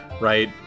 Right